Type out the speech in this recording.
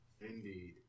Indeed